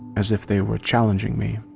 as if they were challenging me.